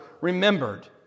remembered